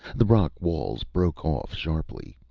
the rock walls broke off sharply.